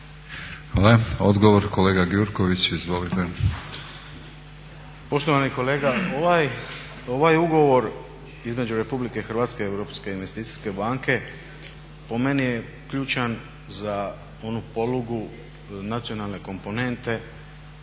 Hvala. Odgovor kolega Borić? Izvolite.